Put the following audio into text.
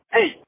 Hey